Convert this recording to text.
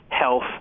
health